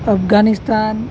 Afghanistan